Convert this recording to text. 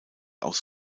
aus